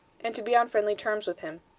and to be on friendly terms with him,